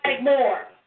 more